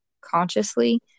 consciously